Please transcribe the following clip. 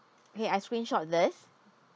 K I screenshot this